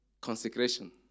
Consecration